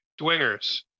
dwingers